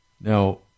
Now